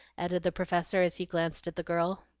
added the professor as he glanced at the girl.